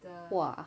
!wah!